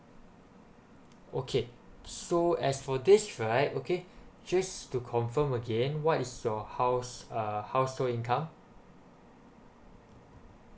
okay so as for this right okay just to confirm again what is your house uh household income